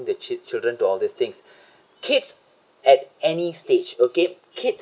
the chil~ children to all these things kids at any stage okay kids